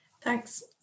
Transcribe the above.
Thanks